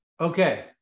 Okay